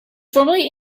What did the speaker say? formerly